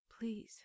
Please